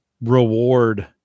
reward